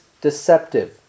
deceptive